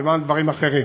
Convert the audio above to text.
ולמען דברים אחרים,